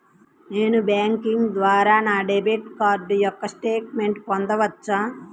Net banking ద్వారా నా debit card యొక్క స్టేట్మెంట్ పొందవచ్చా?